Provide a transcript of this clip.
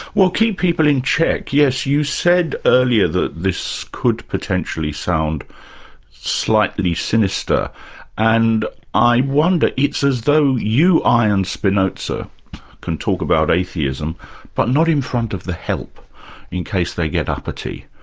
well keep people in check, yes, you said earlier that this could potentially sound slightly sinister and i wonder, it's as though you, i and spinoza can talk about atheism but not in front of the help in case they get uppity.